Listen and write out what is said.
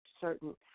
certain